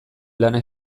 lana